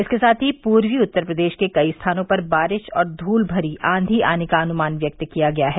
इसके साथ ही पूर्वी उत्तर प्रदेश के कई स्थानों पर बारिश और धूलमरी आंघी का अनुमान व्यक्त किया गया है